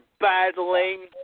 battling